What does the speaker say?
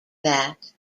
that